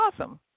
awesome